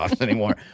anymore